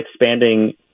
expanding